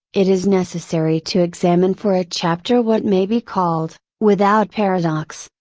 it is necessary to examine for a chapter what may be called, without paradox,